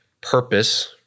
purpose